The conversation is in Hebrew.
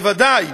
בוודאי,